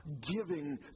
giving